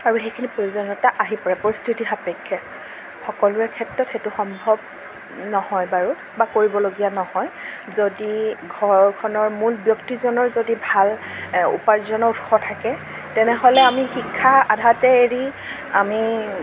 আৰু সেইখিনি প্ৰয়োজনীয়তা আহি পৰে পৰিস্থিতি সাপেক্ষে সকলোৰে ক্ষেত্ৰত সেইটো সম্ভৱ নহয় বাৰু বা কৰিবলগীয়া নহয় যদি ঘৰখনৰ মূল ব্য়ক্তিজনৰ যদি ভাল উপাৰ্জনৰ উৎস থাকে তেনেহ'লে আমি শিক্ষা আধাতে এৰি আমি